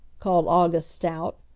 called august stout,